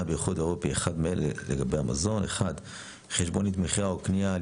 באיחוד האירופי - אחד מאלה לגבי המזון: חשבונית מכירה או קניה על